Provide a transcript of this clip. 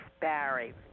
Barry